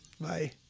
Bye